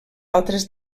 altres